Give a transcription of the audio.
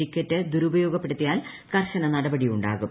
ticket ദുരുപയോഗപ്പെടുത്തിയാൽ കർശന നടപടി ഉണ്ടാകും